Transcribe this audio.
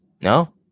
No